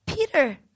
Peter